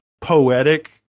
poetic